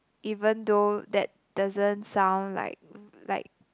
even though that doesn't sound like like